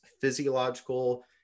physiological